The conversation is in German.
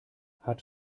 hat